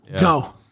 Go